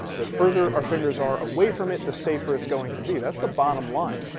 the further our fingers are away from it, the safer it's going to be. that's the bottom line.